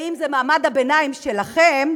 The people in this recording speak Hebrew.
ואם זה מעמד הביניים שלכם,